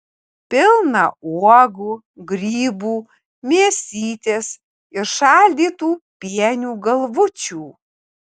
pilną uogų grybų mėsytės ir šaldytų pienių galvučių